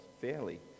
fairly